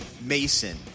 Mason